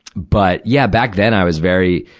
but, yeah, back then, i was very,